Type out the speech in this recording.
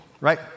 right